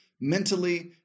mentally